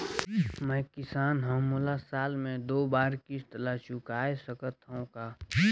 मैं किसान हव मोला साल मे दो बार किस्त ल चुकाय सकत हव का?